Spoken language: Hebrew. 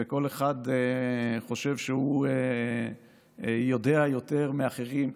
וכל אחד חושב שהוא יודע יותר מאחרים,